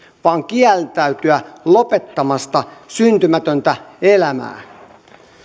vaan kieltäytyä lopettamasta syntymätöntä elämää